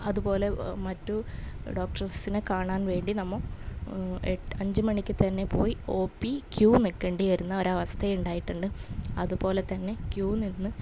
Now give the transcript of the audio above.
അതുപോലെ മറ്റു ഡോക്ടേഴ്സിനെ കാണാൻ വേണ്ടി നമ്മൾ എട്ട് അഞ്ച് മണിക്ക് തന്നെ പോയി ഓ പ്പീ ക്യൂ നിൽക്കേണ്ടി വരുന്ന ഒരവസ്ഥയുണ്ടായിട്ടുണ്ട് അതുപോലെ തന്നെ ക്യൂ നിന്ന്